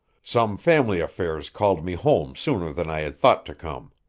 some family affairs called me home sooner than i had thought to come.